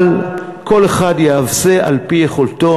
אבל כל אחד יעשה על-פי יכולתו.